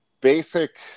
basic